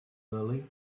early